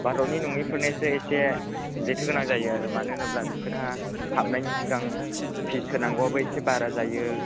भारतनि नङैफोरनियासो इसे जेथोगोनां जायो आरो मानो होनोब्ला बिसोरहा हाबनायनि सिगां फिस होनांगौआबो एसे बारा जायो